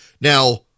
Now